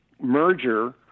merger